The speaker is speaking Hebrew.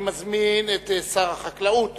אני מזמין את שר החקלאות